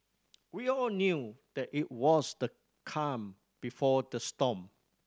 we all knew that it was the calm before the storm